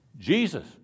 Jesus